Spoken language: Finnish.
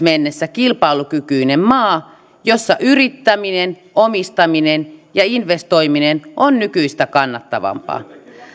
mennessä kilpailukykyinen maa jossa yrittäminen omistaminen ja investoiminen on nykyistä kannattavampaa